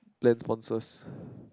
plan sponsors